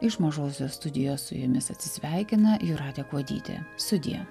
iš mažosios studijos su jumis atsisveikina jūratė kuodytė sudie